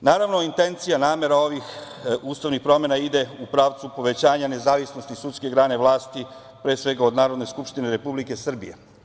Intencija i namera ovih ustavnih promena ide u pravcu povećanja nezavisnosti sudske grane vlasti, pre svega od Narodne skupštine Republike Srbije.